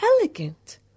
elegant